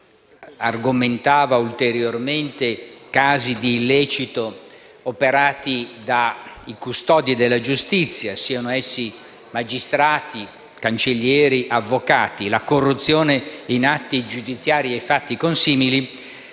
argomentava ulteriormente casi di illecito operati dai custodi della giustizia (siano essi magistrati, cancellieri, avvocati), la corruzione in atti giudiziari e fatti consimili,